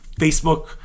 Facebook